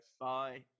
bye